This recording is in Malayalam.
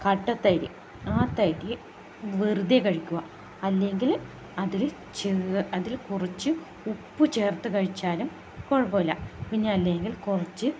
കട്ട തൈര് ആ തൈര് വെറുതെ കഴിക്കുക അല്ലെങ്കിൽ അതിൽ ചെ കുറച്ച് ഉപ്പ് ചേർത്ത് കഴിച്ചാലും കുഴപ്പമില്ലാ പിന്നല്ലേൽ കുറച്ച്